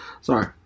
Sorry